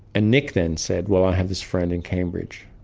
nick then said, well, i have this friend in cambridge,